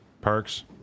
Perks